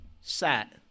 sat